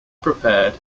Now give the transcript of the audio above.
prepared